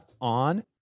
on